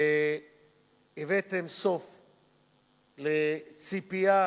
והבאתם סוף לציפייה,